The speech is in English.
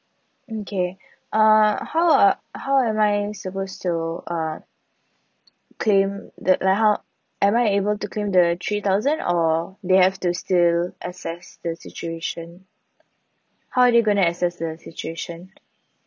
okay uh how uh how am I supposed to uh claim the like how am I able to claim the three thousand or they have to still assess the situation how are they going to assess the situation